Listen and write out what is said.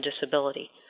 disability